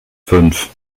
fünf